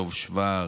דב שוורץ,